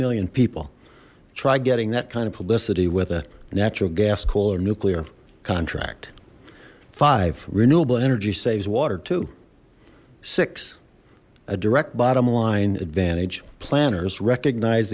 million people try getting that kind of publicity with a natural gas coal or nuclear act five renewable energy saves water to six a direct bottom line advantage planners recognize